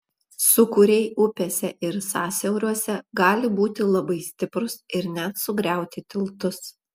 sūkuriai upėse ir sąsiauriuose gali būti labai stiprūs ir net sugriauti tiltus